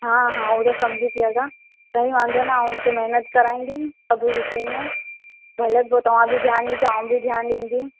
हा हा हू त समुझी थी सघां कई वांदो न आहे उनखे महिनत कराईंदमि सभु विषय में भले पोइ तव्हां बि ध्यानु ॾिजो आउं बि ध्यानु ॾींदीमि